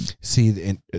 see